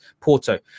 Porto